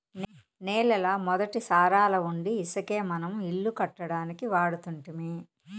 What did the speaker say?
నేలల మొదటి సారాలవుండీ ఇసకే మనం ఇల్లు కట్టడానికి వాడుతుంటిమి